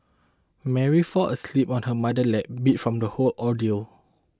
Mary fell asleep on her mother's lap beat from the whole ordeal